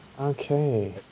Okay